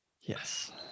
Yes